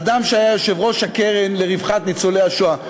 אדם שהיה יושב-ראש הקרן לרווחת ניצולי השואה.